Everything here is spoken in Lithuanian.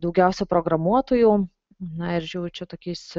daugiausia programuotojų na ir žiau čia tokiais